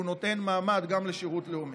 הוא נותן מעמד גם לשירות לאומי.